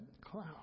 cloud